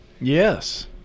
Yes